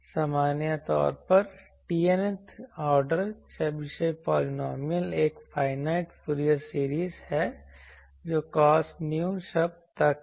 सामान्य तौर पर TNth ऑर्डर चेबेशेव पॉलिनॉमियल एक फाइनाइट फूरियर सीरीज है जो कोस Nu शब्द तक है